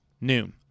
noon